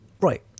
Right